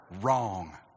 wrong